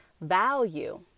value